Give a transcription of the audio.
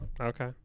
Okay